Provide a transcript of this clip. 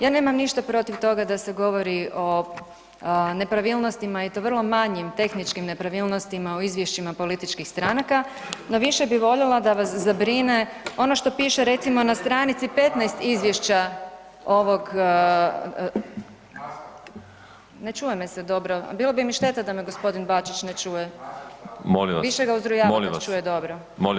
Ja nemam ništa protiv toga da se govori o nepravilnostima i to vrlo manjim, tehničkim nepravilnostima o izvješćima političkih stranaka no više bi voljela da vas zabrine ono što piše recimo na str. 15 izvješća ovog, ne čuje me se dobro a bilo bi mi šteta da me g. Bačić ne čuje. … [[Upadica sa strane, ne razumije se.]] Više ga uzrujava kad čuje dobro